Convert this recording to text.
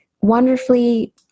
wonderfully